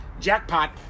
Jackpot